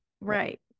Right